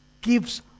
gives